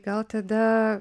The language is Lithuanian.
gal tada